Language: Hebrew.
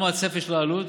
מה הצפי של העלות?